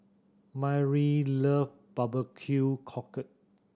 Myrl love barbecue cockle